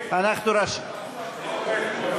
לא עובד.